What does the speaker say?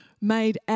made